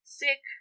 sick